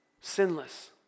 sinless